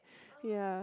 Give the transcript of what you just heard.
ya